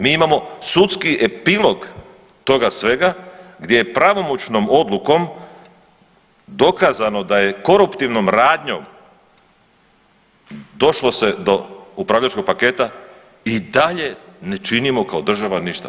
Mi imamo sudski epilog toga svega gdje je pravomoćnom odlukom dokazano da je koruptivnom radnjom došlo se do upravljačkog paketa i dalje ne činimo kao država ništa.